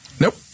Nope